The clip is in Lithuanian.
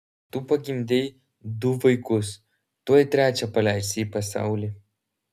tu pagimdei du vaikus tuoj trečią paleisi į pasaulį